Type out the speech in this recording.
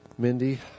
Mindy